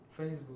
Facebook